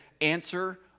answer